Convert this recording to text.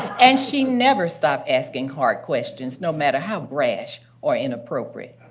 and she never stopped asking hard questions, no matter how brash or inappropriate.